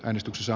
äänestyksessä